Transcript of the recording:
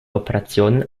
operationen